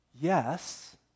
Yes